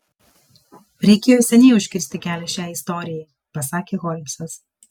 reikėjo seniai užkirsti kelią šiai istorijai pasakė holmsas